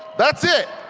that's it!